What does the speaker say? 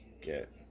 Get